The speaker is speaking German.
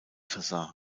versah